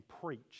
preach